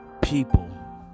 people